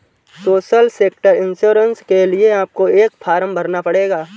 social sector insurance के लिए आपको एक फॉर्म भरना पड़ेगा